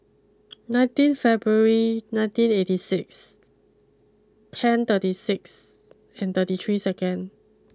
nineteen February nineteen eighty six ten thirty six and thirty three second